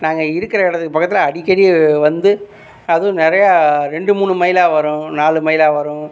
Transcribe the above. நாங்கள் இருக்கிற இடத்துக்குப் பக்கத்தில அடிக்கடி வந்து அதுவும் நெறைய ரெண்டு மூணு மயிலாக வரும் நாலு மயிலாக வரும்